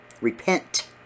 Repent